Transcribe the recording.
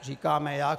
Říkáme jak?